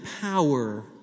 power